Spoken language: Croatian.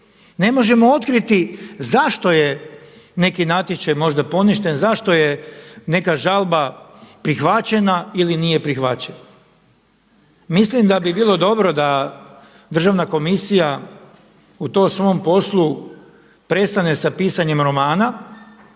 ne možemo otkriti zašto je neki natječaj možda poništen, zašto je neka žalba prihvaćena ili nije prihvaćena. Mislim da bi bilo dobro da Državna komisija u tom svom poslu prestane sa pisanjem romana